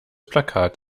plakat